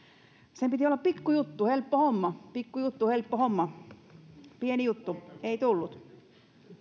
sen piti olla pikku juttu helppo homma pikku juttu helppo homma pieni juttu ei tullut